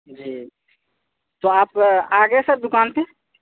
جی تو آپ آ گئے سر دکان پہ